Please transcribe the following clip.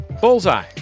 Bullseye